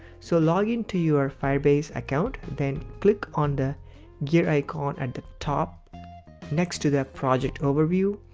so, login to your firebase account then click on the gear icon at the top next to the project overview.